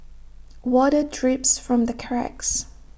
water drips from the cracks